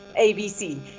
ABC